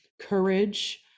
courage